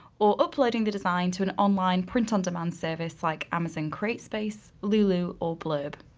or uploading the design to an online print on demand service like amazon createspace, lulu, or blurb.